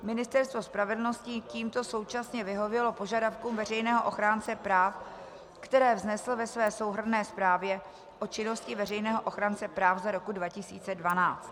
Ministerstvo spravedlnosti tímto současně vyhovělo požadavkům veřejného ochránce práv, které vznesl ve své souhrnné zprávě o činnosti veřejného ochránce práv z roku 2012.